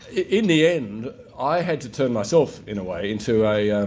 in the end i had to turn myself in a way into a